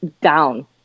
down